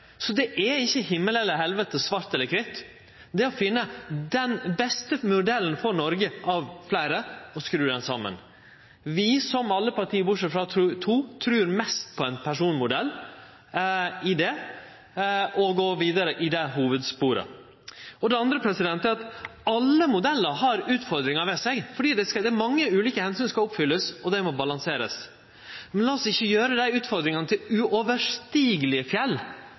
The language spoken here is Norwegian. Så det er ikkje himmel eller helvete, svart eller kvitt. Det handlar om å finne den beste modellen av fleire for Noreg og skru han saman. Vi, som alle dei andre partia, bortsett frå to, trur mest på ein personmodell og å gå vidare i det hovudsporet. Det andre er at alle modellar har utfordringar ved seg, for det er mange ulike omsyn som skal takast, og dei må balanserast. Men lat oss ikkje gjere dei utfordringane til uoverstigelege fjell,